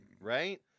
right